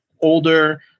older